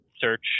search